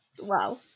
Wow